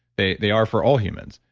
they they are for all humans,